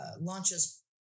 launches